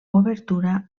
obertura